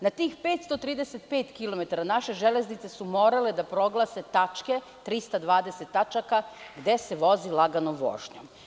Na tih 535 kilometara naše železnice su morale da proglase tačke, 320 tačka gde se vozi laganom vožnjom.